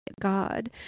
God